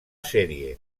sèrie